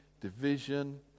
division